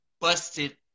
busted